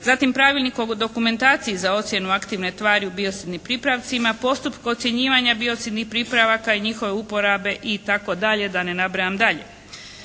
Zatim pravilnik o dokumentaciji za ocjenu aktivne tvari u biocidnim pripravcima, postupku ocjenjivanja biocidnih pripravaka i njihove uporabe i tako dalje da ne nabrajam dalje.